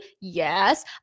Yes